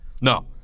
No